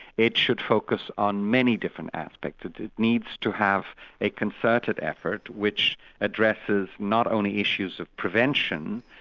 it should focus on many different aspects, it needs to have a concerted effort which addresses not only issues of prevention,